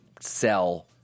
sell